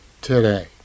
today